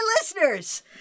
listeners